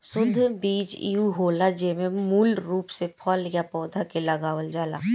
शुद्ध बीज उ होला जेमे मूल रूप से फल या पौधा के लगावल जाला